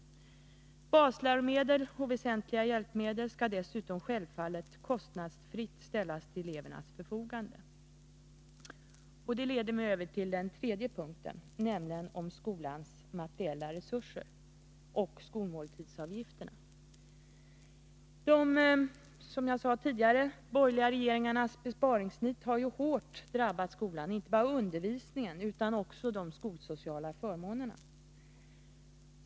Basläromedel och väsentliga hjälpmedel skall dessutom självfallet kostnadsfritt ställas till elevernas förfogande. Det leder mig över till den tredje punkten, nämligen frågan om skolans materiella resurser och skolmåltidsavgifterna. De tidigare borgerliga regeringarnas besparingsnit har, som jag sade tidigare, hårt drabbat skolan. Inte bara undervisningen som sådan utan också de skolsociala förmånerna har försvagats.